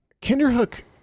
Kinderhook